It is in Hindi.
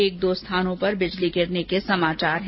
एक दो स्थानों पर बिजली गिरने के समाचार मिले हैं